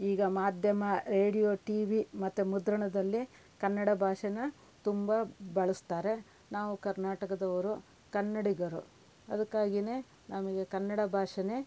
ಈಗ ಮಾಧ್ಯಮ radio T V ಮತ್ತೆ ಮುದ್ರಣದಲ್ಲಿ ಕನ್ನಡ ಭಾಷೇನ ತುಂಬ ಬಳಸ್ತಾರೆ ನಾವು ಕರ್ನಾಟಕದವರು ಕನ್ನಡಿಗರು ಅದಕ್ಕಾಗಿನೇ ನಮಗೆ ಕನ್ನಡ ಭಾಷೆನೇ